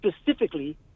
specifically